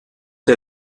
der